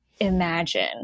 imagine